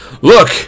Look